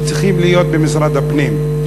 שצריכות להיות במשרד הפנים.